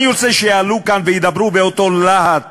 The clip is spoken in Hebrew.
אני רוצה שיעלו לכאן וידברו באותו להט